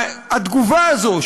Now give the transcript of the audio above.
התגובה הזאת,